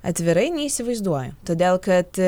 atvirai neįsivaizduoju todėl kad